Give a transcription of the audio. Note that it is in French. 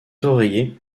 oreiller